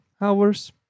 hours